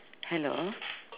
hello